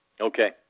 Okay